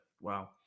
Wow